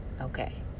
Okay